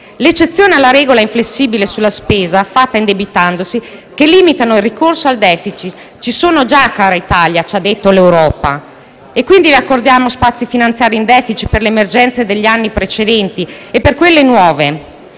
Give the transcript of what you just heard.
Le eccezioni alla regola inflessibile sulla spesa fatta indebitandosi, che limita il ricorso al *deficit*, ci sono già, cara Italia, ci ha detto l'Europa. Vi accordiamo spazi finanziari in *deficit* per le emergenze degli anni precedenti e per quelle nuove: